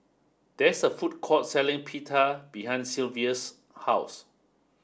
there is a food court selling Pita behind Sylva's house